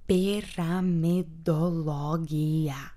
pi ra mi do lo gi ja